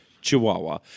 Chihuahua